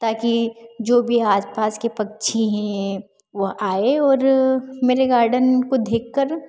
ताकि जो भी आजपास के पक्षी हैं वह आए और मेरे गार्डन को देख कर